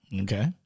Okay